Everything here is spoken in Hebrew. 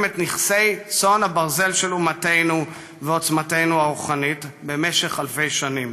נכסי צאן ברזל של אומתנו ועוצמתנו הרוחנית במשך אלפי שנים.